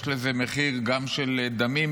יש לזה מחיר גם של דמים.